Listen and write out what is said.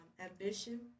ambition